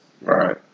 Right